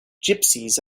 gypsies